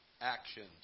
actions